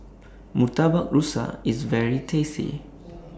Murtabak Rusa IS very tasty